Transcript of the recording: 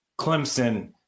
Clemson